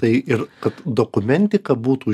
tai ir kad dokumentika būtų